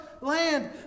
land